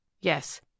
Yes